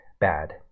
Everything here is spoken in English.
bad